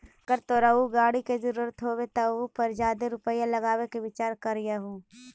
अगर तोरा ऊ गाड़ी के जरूरत हो तबे उ पर जादे रुपईया लगाबे के विचार करीयहूं